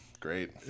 Great